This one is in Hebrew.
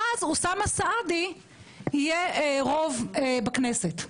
ואז אוסאמה סעדי יהיה רוב בכנסת.